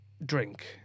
drink